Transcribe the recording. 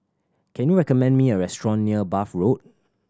can you recommend me a restaurant near Bath Road